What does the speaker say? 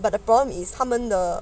but the problem is 他们的